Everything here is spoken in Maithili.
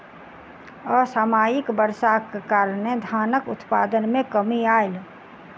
असामयिक वर्षाक कारणें धानक उत्पादन मे कमी आयल